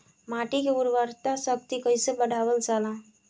माटी के उर्वता शक्ति कइसे बढ़ावल जाला?